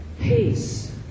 peace